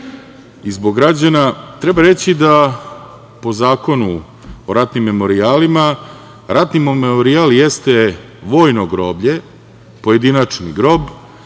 i zbog građana, treba reći da po Zakonu o ratnim memorijalima – ratnim memorijal jeste vojno groblje, pojedinačni grob,